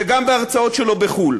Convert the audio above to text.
גם בארץ וגם בהרצאות שלו בחו"ל.